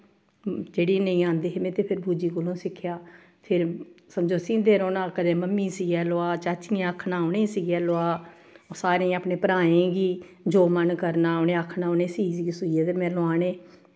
जेह्ड़ी नेईं आंदे हे ते में बू जी कोला सिक्खेआ फिर समझो सीहंदे रौह्ना कदें मम्मी सीयै लोआ चाचियें आखना उ'नें सीयै लोआ सारें अपने भ्राएं गी जो मन करना उ'नें आखना उ'नें सीऽ सुइयै में लोआने